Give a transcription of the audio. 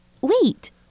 Wait